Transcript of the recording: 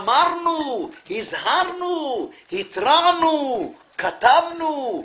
אמרנו, הזהרנו, התרענו, כתבנו.